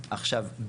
עכשיו,